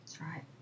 right